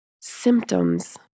symptoms